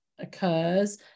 occurs